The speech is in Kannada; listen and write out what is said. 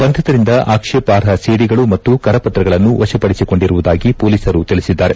ಬಂಧಿತರಿಂದ ಆಕ್ಷೇಪಾರ್ಹ ಸಿಡಿಗಳು ಮತ್ತು ಕರಪತ್ರಗಳನ್ನು ವಶಪಡಿಸಿಕೊಂಡಿರುವುದಾಗಿ ಪೊಲೀಸರು ತಿಳಿಸಿದ್ದಾರೆ